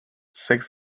six